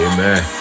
Amen